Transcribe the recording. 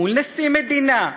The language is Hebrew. מול נשיא מדינה,